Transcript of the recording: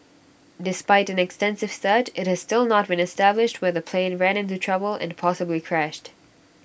despite an extensive search IT has still not been established where the plane ran into trouble and possibly crashed